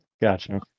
gotcha